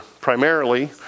primarily